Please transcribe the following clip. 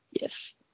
yes